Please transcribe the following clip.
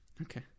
Okay